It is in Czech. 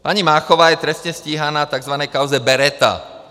Paní Máchová je trestně stíhaná v takzvané kauze Beretta.